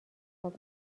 خواب